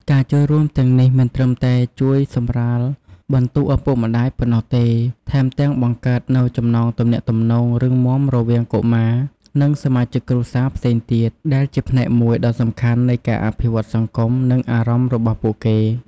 ការចូលរួមទាំងនេះមិនត្រឹមតែជួយសម្រាលបន្ទុកឪពុកម្ដាយប៉ុណ្ណោះទេ ថែមទាំងបង្កើតនូវចំណងទំនាក់ទំនងរឹងមាំរវាងកុមារ និងសមាជិកគ្រួសារផ្សេងទៀត ដែលជាផ្នែកមួយដ៏សំខាន់នៃការអភិវឌ្ឍន៍សង្គម និងអារម្មណ៍របស់ពួកគេ។